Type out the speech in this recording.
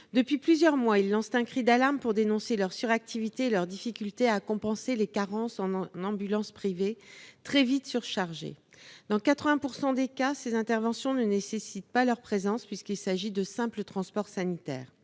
Depuis plusieurs mois, ils lancent un cri d'alarme pour dénoncer leur suractivité et leur difficulté à compenser les carences en ambulances privées, très vite surchargées. Dans 80 % des cas, ces interventions ne nécessitent pas leur présence, puisqu'il s'agit de simple transport sanitaire.